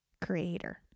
creator